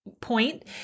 point